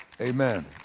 amen